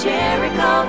Jericho